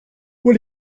what